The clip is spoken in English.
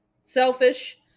selfish